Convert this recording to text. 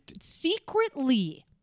secretly